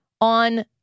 on